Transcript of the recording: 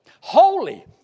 Holy